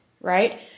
Right